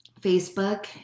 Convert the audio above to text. Facebook